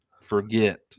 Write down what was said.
forget